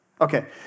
Okay